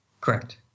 Correct